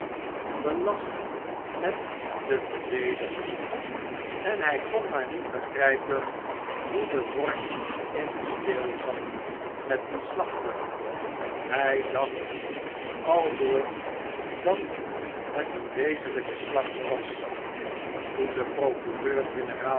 belast met de verdediging en hy k o n m a a r n i e t begrypen hoe de vork in den steel zat met dien slachter hij dacht al door dat het een wezenlijke slachter was toen de procureur-generaal